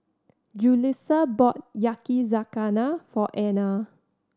Julissa bought Yakizakana for Ana